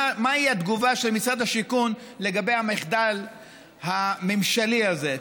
מהי התגובה של משרד השיכון לגבי המחדל הממשלי הזה.